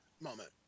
moment